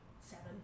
Seven